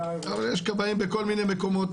יש כבאים בכל מיני מקומות,